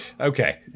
Okay